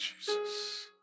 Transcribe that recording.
Jesus